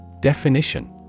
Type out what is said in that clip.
Definition